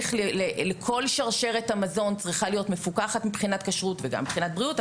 כל שרשרת המזון צריכה להיות מפוקחת מבחינת כשרות וגם מבחינת בריאות.